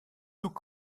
tout